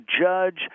judge